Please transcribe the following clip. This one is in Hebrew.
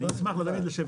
אני אשמח תמיד לשבת איתך.